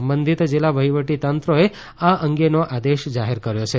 સંબંધિત જિલ્લા વહીવટીતંત્રોએ આ અંગેના આદેશો જાહેર કર્યા છે